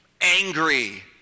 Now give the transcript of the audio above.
angry